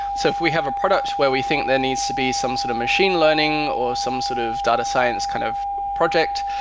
so if we have a product where we think there needs to be some sort of machine learning or some sort of data science kind of project,